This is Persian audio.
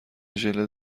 ژله